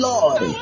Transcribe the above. Lord